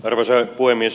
arvoisa puhemies